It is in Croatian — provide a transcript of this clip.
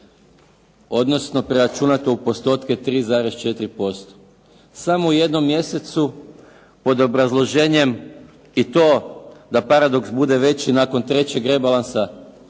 odnosno preračunato u postotke 3,4%. Samo u jednom mjesecu pod obrazloženjem i to da paradoks bude veći nakon trećeg rebalansa